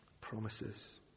promises